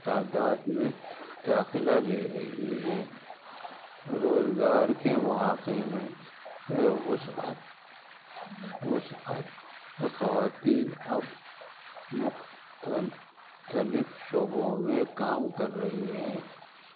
تعداد میں داخلہ لے رہی ہیں روزگار کے مواقع میں وسعت وسعت خواتین اب مختلف شعبوں میں کام کر رہی ہیں